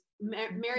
Mary